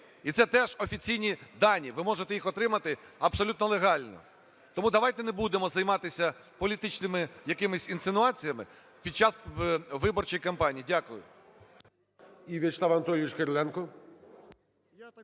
і це теж офіційні дані, ви можете їх отримати абсолютно легально. Тому давайте не будемо займатися політичними якимись інсинуаціями під час виборчої кампанії. Дякую.